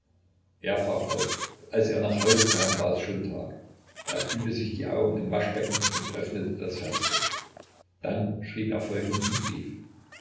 er brach auf als er nach hause kam war es schon tag er kühlte sich die augen im waschbecken und öffnete das fenster dann schrieb er folgenden brief